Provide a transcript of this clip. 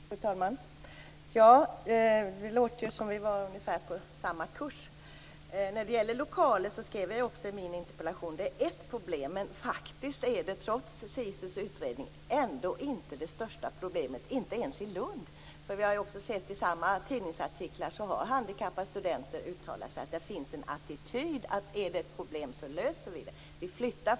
Fru talman! Det låter som om vi är på samma kurs. Som jag skrev i min interpellation är lokaler ett problem. Men det är faktiskt ändå inte, trots SISU:s utredning, det största problemet - inte ens i Lund. Vi har ju också kunnat läsa i tidningsartiklar att handikappade studenter har uttalat att det finns en attityd att de problem som finns skall lösas.